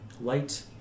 light